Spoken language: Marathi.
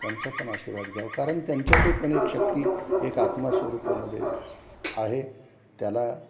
त्यांचा पण आशीर्वाद घ्यावा कारण त्यांच्यातही पण एक शक्ती एक आत्मा स्वरूपामध्ये आहे त्याला